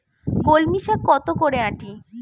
কলমি শাখ কত করে আঁটি?